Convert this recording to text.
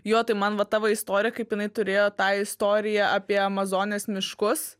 jo tai man va tavo istorija kaip jinai turėjo tą istoriją apie amazonės miškus